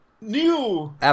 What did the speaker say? new